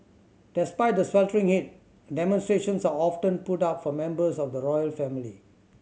despite the sweltering heat demonstrations are often put up for members of the royal family